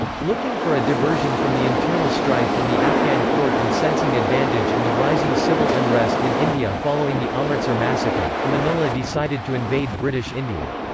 looking for a diversion from the internal strife in the afghan court and sensing advantage in the rising civil unrest in india following the amritsar massacre, amanullah decided to invade british india.